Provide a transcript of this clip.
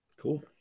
Cool